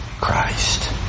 Christ